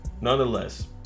Nonetheless